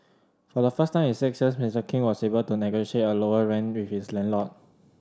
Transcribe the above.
for the first time in six years Mister King was able to negotiate a lower rent with his landlord